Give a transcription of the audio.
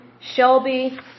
Shelby